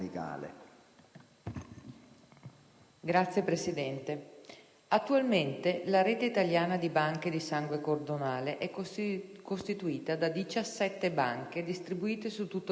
Signor Presidente, attualmente la rete italiana di banche di sangue cordonale è costituita da 17 banche distribuite su tutto il territorio nazionale.